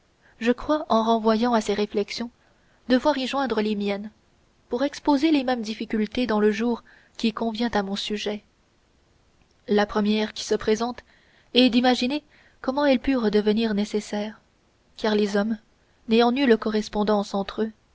je crois en renvoyant à ses réflexions devoir y joindre les miennes pour exposer les mêmes difficultés dans le jour qui convient à mon sujet la première qui se présente est d'imaginer comment elles purent devenir nécessaires car les hommes n'ayant nulle correspondance entre eux